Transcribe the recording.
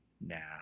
now